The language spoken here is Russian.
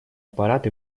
аппарат